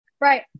Right